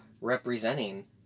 representing